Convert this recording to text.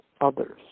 others